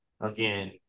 again